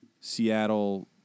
Seattle